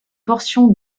portions